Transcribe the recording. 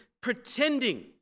pretending